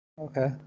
Okay